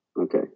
Okay